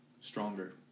Stronger